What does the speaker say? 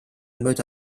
mööda